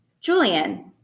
Julian